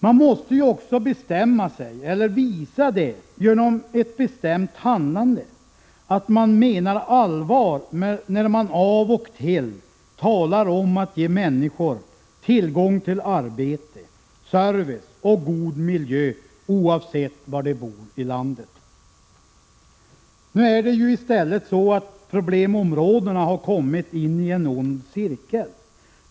Man måste bestämma sig och genom ett bestämt handlande visa att man menar allvar när man av och till talar om att ge människor tillgång till arbete, service och god miljö, oavsett var de bor i landet. Nu är det i stället så att problemområdena har kommit in i en ond cirkel.